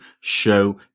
show